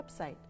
website